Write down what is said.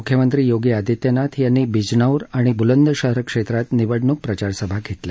मुख्यमंत्री योगी आदित्यनाथ यांनी बीजनौर आणि बुलंद शहर क्षेत्रात निवडणूक प्रचारसभा घेतल्या